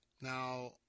Now